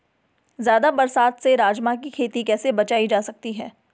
ज़्यादा बरसात से राजमा की खेती कैसी बचायी जा सकती है?